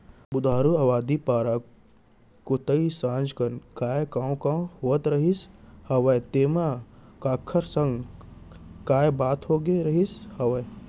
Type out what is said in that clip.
बुधारू अबादी पारा कोइत संझा कन काय कॉंव कॉंव होत रहिस हवय तेंमा काखर संग काय बात होगे रिहिस हवय?